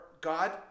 God